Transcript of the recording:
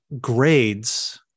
grades